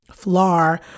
Flar